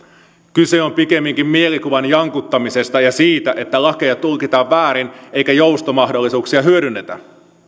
kyse on pikemminkin mielikuvan jankuttamisesta ja siitä että lakeja tulkitaan väärin eikä joustomahdollisuuksia hyödynnetä